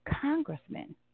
congressmen